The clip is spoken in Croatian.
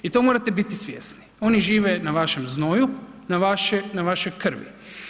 I to morate biti svjesni, oni žive na vašem znoju, na vašoj krvi.